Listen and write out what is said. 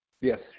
yes